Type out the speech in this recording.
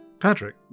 Patrick